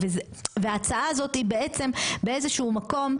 וההצעה הזאת בעצם באיזשהו מקום,